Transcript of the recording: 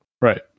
Right